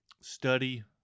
study